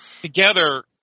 Together